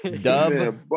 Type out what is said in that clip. Dub